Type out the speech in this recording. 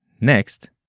Next